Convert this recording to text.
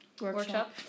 workshop